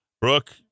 Brooke